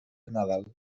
nadal